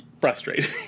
frustrating